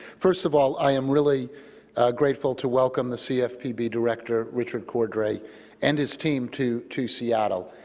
first of all, i am really grateful to welcome the cfpb director richard cordray and his team to to seattle,